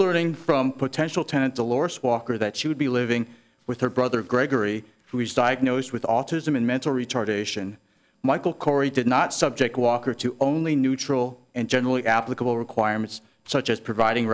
learning from potential tenant to laurice walker that she would be living with her brother gregory who is diagnosed with autism and mental retardation michael corey did not subject walker to only neutral and generally applicable requirements such as providing